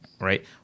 right